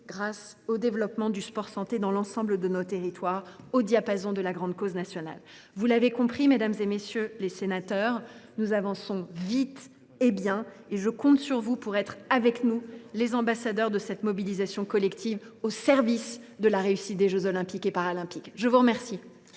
et au développement du sport santé dans l’ensemble de nos territoires, au diapason de notre grande cause nationale ! Vous l’aurez compris, mesdames, messieurs les sénateurs, nous avançons vite et bien. Je compte sur vous pour être, avec nous, les ambassadeurs de cette mobilisation collective au service de la réussite des jeux Olympiques et Paralympiques. Nous allons